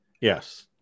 yes